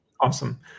Awesome